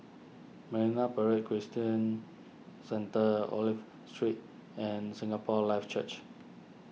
Marine Parade Christian Centre Olive Street and Singapore Life Church